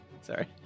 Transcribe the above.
Sorry